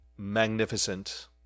magnificent